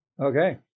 Okay